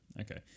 okay